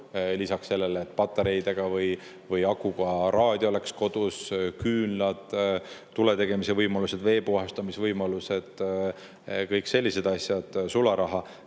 Lisaks sellele, et patareidega või akuga raadio oleks kodus, küünlad, tuletegemise võimalused, veepuhastamisvõimalused, sularaha, kõik sellised asjad, peaks